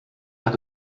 hat